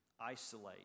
isolate